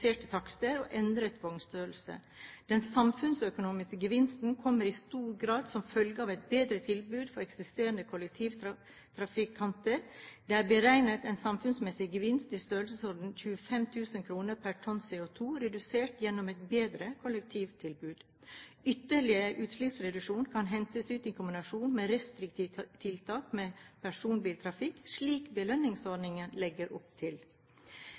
reduserte takster og endret vognstørrelse. Den samfunnsøkonomiske gevinsten kommer i stor grad som følge av et bedre tilbud for eksisterende kollektivtrafikanter. Det er beregnet en samfunnsmessig gevinst i størrelsesorden 25 000 kr per tonn CO2 redusert gjennom et bedre kollektivtilbud. Ytterligere utslippsreduksjoner kan hentes ut i kombinasjon med restriktive tiltak mot personbiltrafikk, slik belønningsordningen legger opp til.